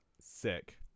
sick